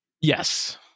Yes